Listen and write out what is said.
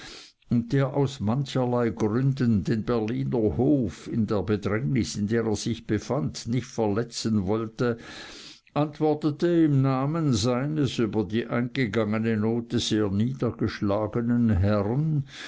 und der aus mancherlei gründen den berliner hof in der bedrängnis in der er sich befand nicht verletzen wollte antwortete im namen seines über die eingegangene note sehr niedergeschlagenen herrn